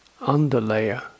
underlayer